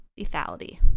lethality